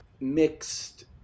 mixed